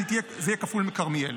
זה יהיה כפול מכרמיאל,